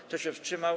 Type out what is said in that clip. Kto się wstrzymał?